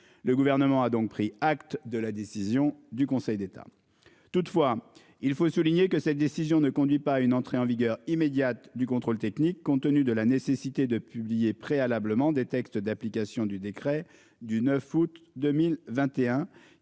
Le gouvernement a donc pris acte de la décision du Conseil d'État. Toutefois, il faut souligner que cette décision ne conduit pas à une entrée en vigueur immédiate du contrôle technique, compte tenu de la nécessité de publier préalablement des textes d'application du décret du 9 août 2021,